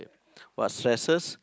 what stresses